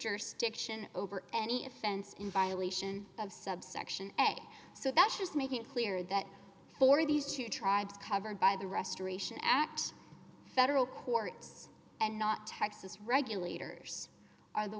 jurisdiction over any offense in violation of subsection a so that's just making it clear that for these two tribes covered by the restoration act federal courts and not texas regulators are the